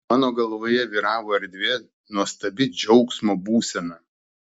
mano galvoje vyravo erdvė nuostabi džiaugsmo būsena